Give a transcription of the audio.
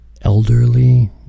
Elderly